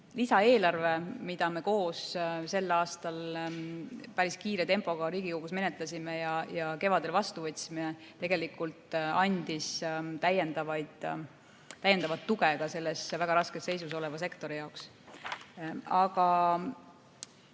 Lisaeelarve, mida me koos sel aastal päris kiire tempoga Riigikogus menetlesime ja mille kevadel vastu võtsime, tegelikult andis täiendavat tuge ka sellele väga raskes seisus olevale sektorile.